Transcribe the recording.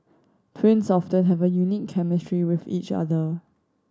twins often have a unique chemistry with each other